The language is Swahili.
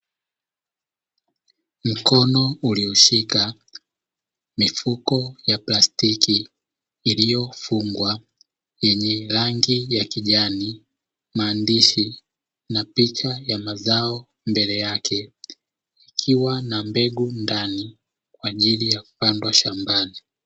Mkono ulioshika mifuko ya plastiki iliyofungwa, yenye rangi ya kijani, maandishi na picha ya mazao mbele yake, ikiwa na mbegu ndani kwa ajili ya kupandwa shambani.